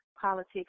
politics